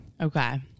Okay